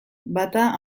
bata